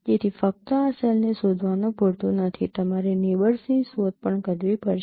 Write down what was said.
તેથી ફક્ત આ સેલને શોધવાનું પૂરતું નથી તમારે નેબર્સની શોધ પણ કરવી પડશે